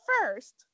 first